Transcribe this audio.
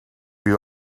you